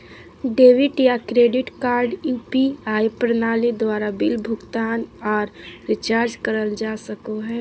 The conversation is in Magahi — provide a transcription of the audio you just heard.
डेबिट या क्रेडिट कार्ड यू.पी.आई प्रणाली द्वारा बिल भुगतान आर रिचार्ज करल जा सको हय